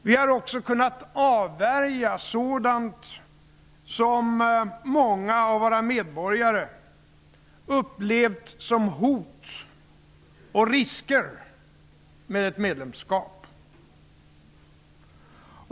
Vi har också kunnat avvärja sådant som många av våra medborgare har upplevt som hot och risker med ett medlemskap.